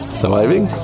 surviving